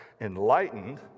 enlightened